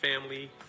family